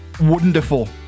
wonderful